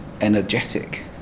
energetic